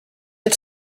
had